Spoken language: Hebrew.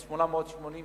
אז 889